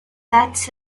that